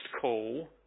call